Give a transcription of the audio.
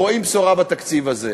רואים בשורה בתקציב הזה?